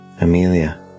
Amelia